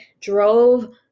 drove